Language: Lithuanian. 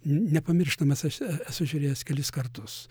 n nepamirštamas aš e esu žiūrėjęs kelis kartus